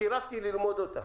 סירבתי ללמוד אותן.